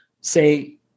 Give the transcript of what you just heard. say